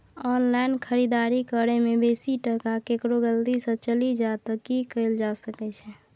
Online खरीददारी करै में बेसी टका केकरो गलती से चलि जा त की कैल जा सकै छै?